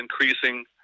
increasing